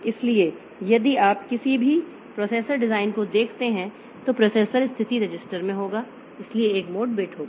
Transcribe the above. इसलिए यदि आप किसी भी प्रोसेसर डिज़ाइन को देखते हैं तो प्रोसेसर स्थिति रजिस्टर में होगा इसलिए एक मोड बिट होगा